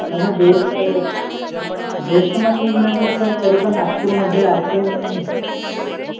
आणि best best म्हटलं sir तरीपण नागपूरमध्ये आरटीएमएनयू